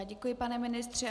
Děkuji, pane ministře.